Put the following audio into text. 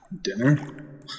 Dinner